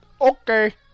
Okay